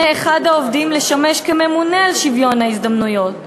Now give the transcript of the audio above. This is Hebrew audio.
אחד העובדים לשמש ממונה על שוויון ההזדמנויות,